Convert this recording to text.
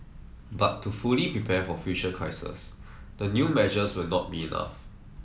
but to fully prepare for future crises the new measures will not be enough